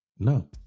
No